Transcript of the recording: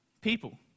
people